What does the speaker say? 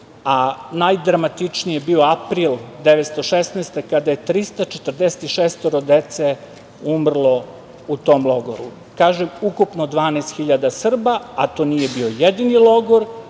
Najdramatičniji je bio april 1916. godine, kada je 346 dece umrlo u tom logoru. Kažem, ukupno 12.000 Srba, a to nije bio jedini logor